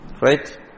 Right